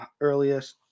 earliest